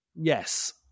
yes